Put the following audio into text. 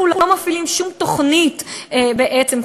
אנחנו לא מפעילים שום תוכנית בעצם,